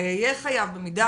או אהיה חייב במידה